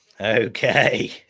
Okay